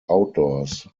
outdoors